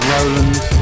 Roland